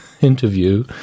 interview